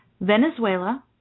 Venezuela